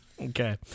Okay